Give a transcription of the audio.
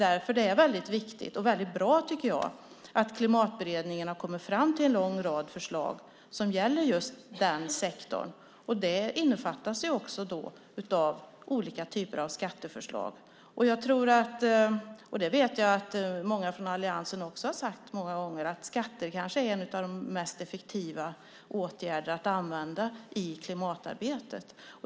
Därför är det viktigt och bra, tycker jag, att Klimatberedningen har kommit fram till en rad förslag som gäller just den sektorn. Det innefattar olika typer av skatteförslag. Många från alliansen har också många gånger sagt att skatter kanske är en av de mest effektiva åtgärderna att använda i klimatarbetet.